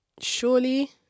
surely